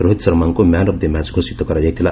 ରୋହିତ ଶର୍ମାଙ୍କ man of the match ଘୋଷିତ କରାଯାଇଥିଲା